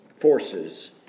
forces